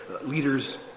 leaders